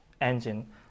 engine